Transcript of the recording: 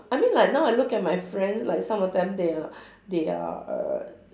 I mean like now I look at my friends like some of them they are they are err